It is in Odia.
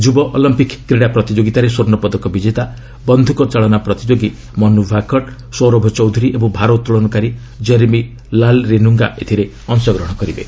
ଯୁବ ଅଲିମ୍ପିକ୍ କ୍ରୀଡ଼ା ପ୍ରତିଯୋଗିତାରେ ସ୍ୱର୍ଣ୍ଣପଦକ ବିଜେତା ବନ୍ଧୁକ ଚାଳନା ପ୍ରତିଯୋଗୀ ମନୁ ଭାକର ସୌରଭ ଚୌଧୁରୀ ଏବଂ ଭାର ଉତ୍ତୋଳନକାରୀ କେରେମି ଲାଲ୍ରିନୁଙ୍ଗା ଏଥିରେ ଅଂଶଗ୍ରହଣ କରିବେ